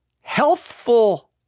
healthful